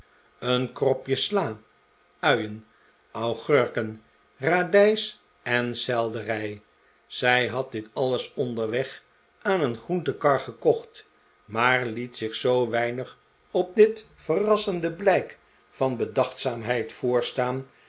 een kropje sla uien augurken radijs en selderij zij had dit alles onderweg aan een groentenkar gekocht maar liet zich zoo weinig op dit verrassende blijk van bedachtzaamheid voorstaan